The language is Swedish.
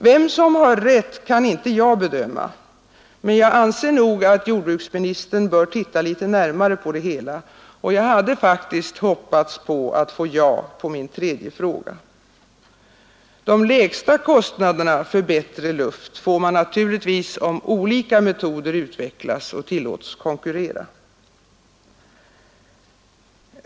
Vem som har rätt kan inte jag bedöma, men jag anser att jordbruksministern bör titta litet närmare på det hela, och jag hade faktiskt hoppats att få ja på min tredje fråga. De lägsta kostnaderna för bättre luft får man naturligtvis om olika metoder utvecklas och tillåts konkurrera.